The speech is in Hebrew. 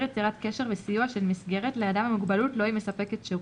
יצירת קשר וסיוע של מסגרת לאדם עם מוגבלות לו היא מספקת שירות,